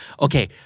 Okay